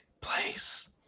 place